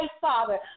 Father